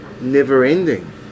never-ending